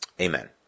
amen